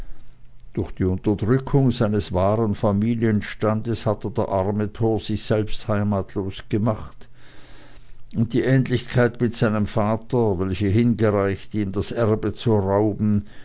durch die unterdrückung seines wahren familienstandes hatte der arme tor sich selbst heimatlos gemacht und die ähnlichkeit mit seinem vater welche hingereicht ihm das erbe zu rauben